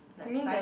like five